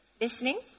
listening